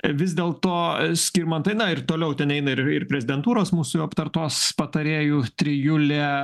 vis dėlto skirmantai na ir toliau ten eina ir ir prezidentūros mūsų jau aptartos patarėjų trijulė